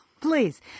please